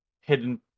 Hidden